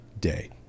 day